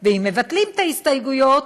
ואם מבטלים את ההסתייגויות,